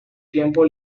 tiempo